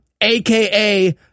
aka